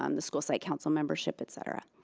um the school psych council membership, et cetera.